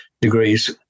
degrees